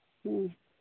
ꯎꯝ